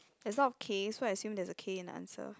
there's a lot of K so I assume there's a K in the answer